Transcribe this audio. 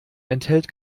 enthält